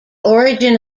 origin